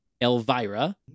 Elvira